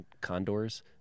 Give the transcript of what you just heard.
condors